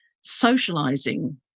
socializing